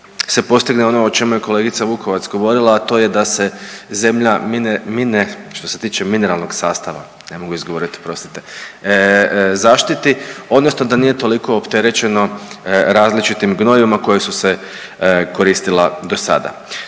se postigne ono o čemu je kolegica Vukovac govorila, a to je da se zemlja što se tiče mineralnog sastava, ne mogu izgovoriti oprostite zaštiti, odnosno da nije toliko opterećeno različitim gnojivima koja su se koristila do sada.